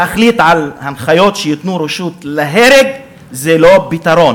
להחליט על הנחיות שייתנו רשות להרוג זה לא פתרון,